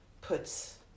puts